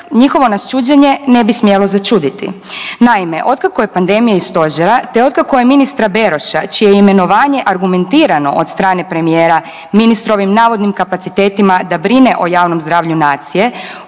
njihovo nas čuđenje ne bi smjelo začuditi. Naime, od kako je pandemije i stožera, te otkako je ministra Beroša čije je imenovanje argumentirano od strane premijera ministrovim navodnim kapacitetima da brine o javnom zdravlju nacije